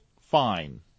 fine